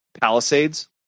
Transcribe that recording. Palisades